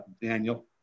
Daniel